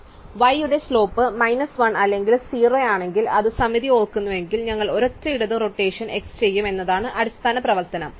അതിനാൽ y യുടെ slope minus 1 അല്ലെങ്കിൽ 0 ആണെങ്കിൽ അത് സമമിതി ഓർക്കുന്നുവെങ്കിൽ ഞങ്ങൾ ഒരൊറ്റ ഇടത് റോടേഷൻ x ചെയ്യും എന്നതാണ് അടിസ്ഥാന പ്രവർത്തനം